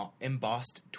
embossed